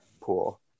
pool